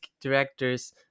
directors